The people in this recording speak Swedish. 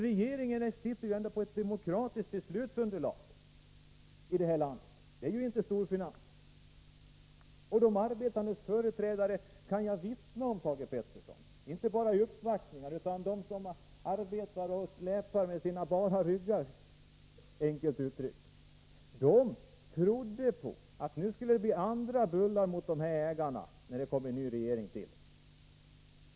Regeringen sitter ju ändå på ett demokratiskt beslutsunderlag i detta land, och det gör inte storfinansen. Jag kan vittna om, Thage Peterson, att de arbetandes företrädare, inte bara de som gör uppvaktningar utan de som arbetar och släpar med bara ryggar, enkelt uttryckt, trodde att det nu skulle bli andra bullar av i fråga om dessa ägare, när det kom en ny regering.